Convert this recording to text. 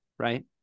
Right